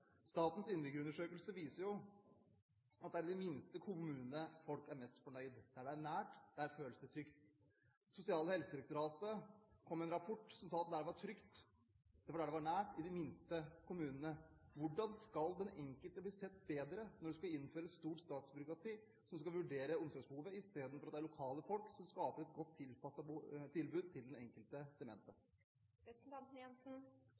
Statens innbyggerundersøkelse viser jo at det er i de minste kommunene folk er mest fornøyd. Der det er nært, føles det trygt. Sosial- og helsedirektoratet kom med en rapport som sa at der det var trygt, var der det var nært – i de minste kommunene. Hvordan skal den enkelte bli sett bedre når en skal innføre et stort statsbyråkrati som skal vurdere omsorgsbehovet, istedenfor at det er lokale folk som skaper et godt tilpasset tilbud til den enkelte